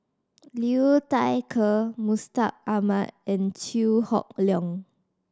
Liu Thai Ker Mustaq Ahmad and Chew Hock Leong